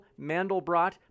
Mandelbrot